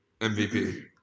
MVP